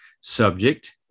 subject